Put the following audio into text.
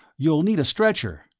you'll need a stretcher.